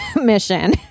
mission